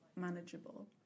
manageable